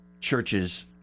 Churches